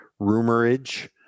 rumorage